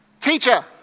teacher